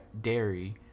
dairy